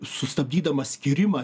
sustabdydamas skyrimą